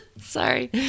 sorry